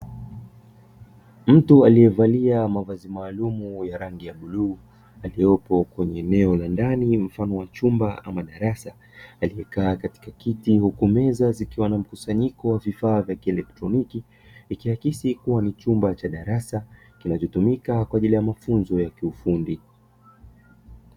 Mtu aliyevalia mavazi maalumu ya rangi ya bluu, aliopo kwenye eneo la ndani mfano wa chumba ama darasa, akikaa katika kiti huku meza zikiwa na mkusanyiko wa vifaa vya kieletroniki, ikiakisi kuwa ni chumba cha darasa kinachotumika kwa ajili ya mafunzo ya kiufundi.